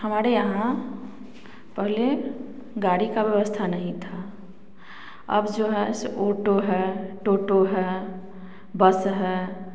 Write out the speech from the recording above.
हमारे यहाँ पहले गाड़ी का व्यवस्था नहीं था अब जो है तो ओटो है टोटो हैं बस हैं